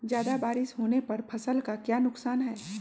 ज्यादा बारिस होने पर फसल का क्या नुकसान है?